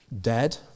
dead